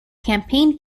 campaign